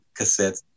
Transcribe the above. cassettes